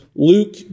Luke